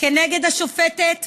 כנגד השופטת והחוקר-התובע,